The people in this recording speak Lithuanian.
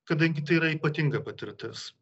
kadangi tai yra ypatinga patirtis